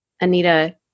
Anita